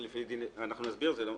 אנחנו נסביר את זה.